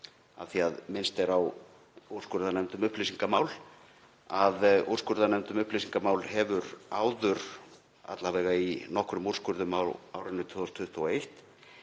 af því að minnst er á úrskurðarnefnd um upplýsingamál, að úrskurðarnefnd um upplýsingamál hefur áður, alla vega í nokkrum úrskurðum á árinu 2021,